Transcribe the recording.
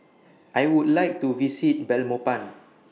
I Would like to visit Belmopan